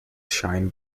shine